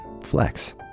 flex